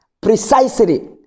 precisely